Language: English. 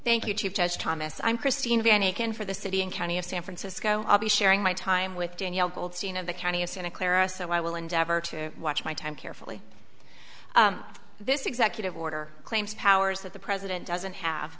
thank you chief judge thomas i'm christina van akin for the city and county of san francisco abhi sharing my time with danielle goldstein of the county of santa clara so i will endeavor to watch my time carefully this executive order claims powers that the president doesn't have